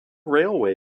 railway